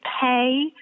pay